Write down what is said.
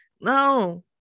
no